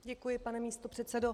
Děkuji, pane místopředsedo.